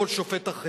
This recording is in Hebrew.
כל שופט אחר.